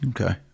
Okay